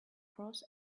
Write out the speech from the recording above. cross